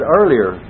earlier